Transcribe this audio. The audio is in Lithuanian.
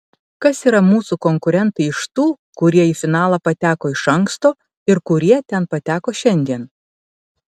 kas yra mūsų konkurentai iš tų kurie į finalą pateko iš anksto ir kurie ten pateko šiandien